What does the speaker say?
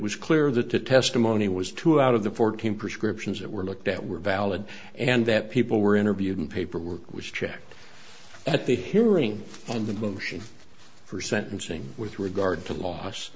was clear that the testimony was too out of the fourteen prescriptions that were looked at were valid and that people were interviewed and paperwork was checked at the hearing on the motion for sentencing with regard to loss